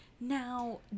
Now